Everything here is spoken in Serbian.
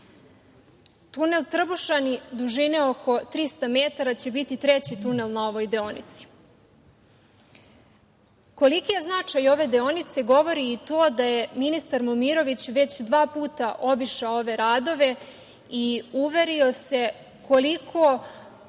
Tunel Trbušani dužine oko 300 metara će biti treći tunel na ovoj deonici. Koliki je značaj ove deonice govori i to da je ministar Momirović već dva puta obišao ove radove i uverio se koliko